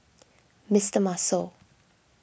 Mister Muscle